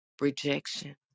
rejection